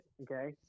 okay